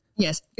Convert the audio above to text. Yes